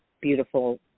beautiful